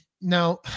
now